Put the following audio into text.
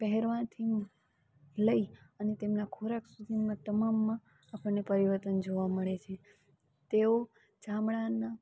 પહેરવાથી લઈ અને તેમના ખોરાક સુધીનો તમામમાં આપણને પરિવર્તન જોવા મળે છે તેઓ ચામડાના